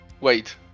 Wait